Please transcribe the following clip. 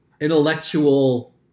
Intellectual